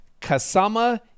kasama